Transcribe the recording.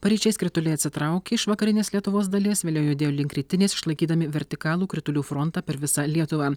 paryčiais krituliai atsitraukė iš vakarinės lietuvos dalies vėliau judėjo link rytinės išlaikydami vertikalų kritulių frontą per visą lietuvą